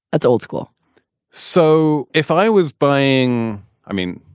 that's old school so if i was buying i mean,